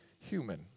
human